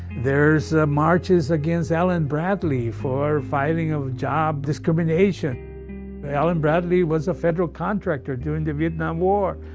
there's marches against allen bradley for filing of job discrimination. but allen bradley was a federal contractor during the vietnam war.